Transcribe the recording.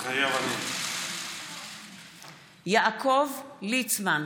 מתחייב אני יעקב ליצמן,